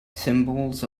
symbols